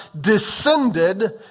descended